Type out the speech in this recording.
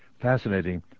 fascinating